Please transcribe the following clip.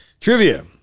Trivia